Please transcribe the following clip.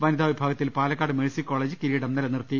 വനിതാ വിഭാഗത്തിൽ Palakkad Mercy college കിരീടം നിലനിർത്തി